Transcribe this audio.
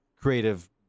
creative